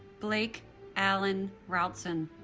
blake allen routzahn